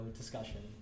discussion